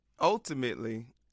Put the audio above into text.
ultimately